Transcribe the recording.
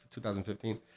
2015